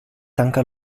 tanca